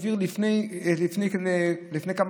הוא העביר כבר לפני כמה